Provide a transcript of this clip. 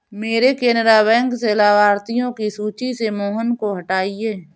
मेरे केनरा बैंक से लाभार्थियों की सूची से मोहन को हटाइए